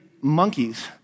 monkeys